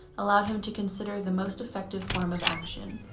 allowed him to consider the most effective form of action.